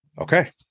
Okay